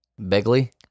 Begley